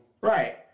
right